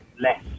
less